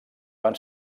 van